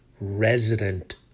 resident